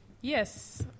Yes